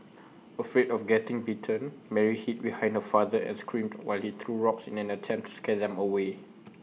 afraid of getting bitten Mary hid behind her father and screamed while he threw rocks in an attempt scare them away